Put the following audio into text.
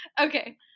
Okay